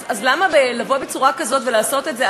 אז למה לבוא בצורה כזאת ולעשות את זה?